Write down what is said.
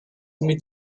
mit